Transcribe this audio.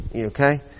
Okay